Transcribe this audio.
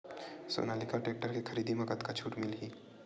Sonalika tractor के खरीदी मा कतका छूट मीलही?